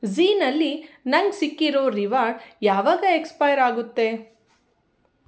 ಜೀನಲ್ಲಿ ನಂಗೆ ಸಿಕ್ಕಿರೋ ರಿವಾಡ್ ಯಾವಾಗ ಎಕ್ಸ್ಪೈರ್ ಆಗುತ್ತೆ